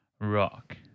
rock